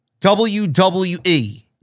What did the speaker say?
WWE